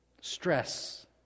Stress